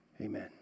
amen